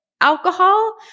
alcohol